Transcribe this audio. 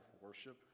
worship